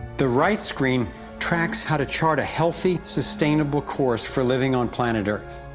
the right screen tracks how to chart a healthy, sustainable course for living on planet earth.